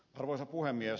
arvoisa puhemies